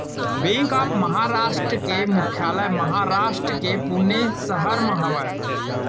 bank of Maharashtra के मुख्यालय महारास्ट के पुने सहर म हवय